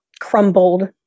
crumbled